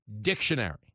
dictionary